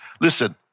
listen